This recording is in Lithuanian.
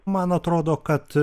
man atrodo kad